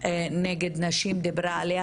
נגד נשים דיברה עליו,